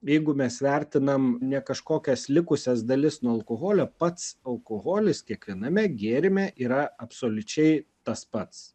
jeigu mes vertinam ne kažkokias likusias dalis nuo alkoholio pats alkoholis kiekviename gėrime yra absoliučiai tas pats